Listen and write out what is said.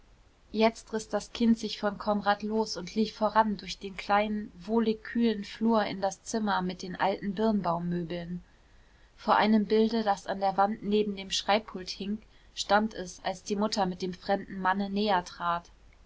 jetzt riß das kind sich von konrad los und lief voran durch den kleinen wohlig kühlen flur in das zimmer mit den alten birnbaummöbeln vor einem bilde das an der wand neben dem schreibpult hing stand es als die mutter mit dem fremden manne näher trat